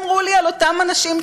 אמרו לי על אותם אנשים טובים.